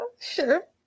Sure